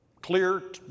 clear